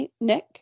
Nick